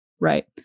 Right